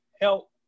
help